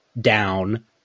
down